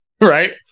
right